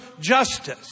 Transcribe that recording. justice